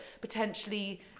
potentially